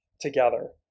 together